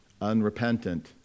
unrepentant